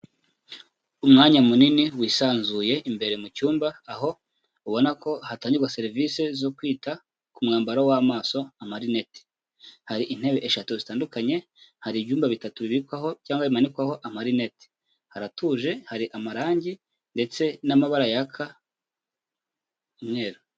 Umwanya munini wisanzuye imbere mu cyumba aho ubona ko hatangirwagwa serivisi zo kwita ku mwambaro w'amaso amarinete. Hari intebe eshatu zitandukanye, hari ibyumba bitatu bibikwaho cyangwa bimanikwaho amarinete, haratuje hari amarangi ndetse n'amabara yaka umweru.